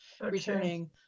returning